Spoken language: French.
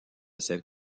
ses